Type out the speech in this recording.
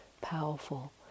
powerful